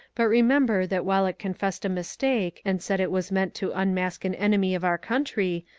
but remember that while it con fessed a mistake and said it was meant to unmask an enemy of our country,